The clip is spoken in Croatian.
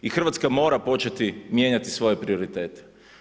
I Hrvatska mora početi mijenjati svoje prioritete.